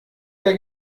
der